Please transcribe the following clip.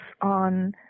on